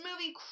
movie